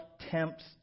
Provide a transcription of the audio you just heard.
tempts